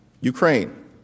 Ukraine